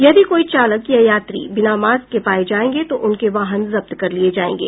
यदि कोई चालक या यात्री बिना मास्क के पाए जाएंगे तो उनके वाहन जब्त कर लिए जाएंगे